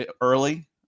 early